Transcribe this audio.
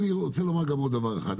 אני רוצה לומר עוד דבר אחד.